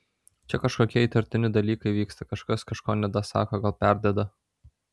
čia kažkokie įtartini dalykai vyksta kažkas kažko nedasako gal perdeda